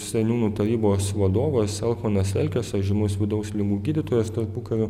seniūnų tarybos vadovas elchonas elkesas žymus vidaus ligų gydytojas tarpukariu